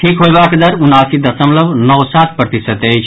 ठीक होयबाक दर उनासी दशमलव नओ सात प्रतिशत अछि